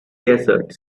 desert